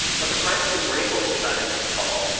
but the price of the grey boy did not interest paul,